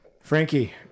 Frankie